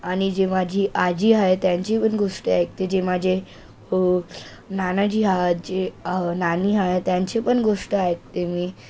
आणि जे माझी आजी आहे त्यांची पण गोष्टी ऐकते जे माझे नानाजी आहेत जे नानी आहे त्यांची पण गोष्ट ऐकते मी